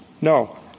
No